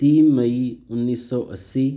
ਤੀਹ ਮਈ ਉੱਨੀ ਸੌ ਅੱਸੀ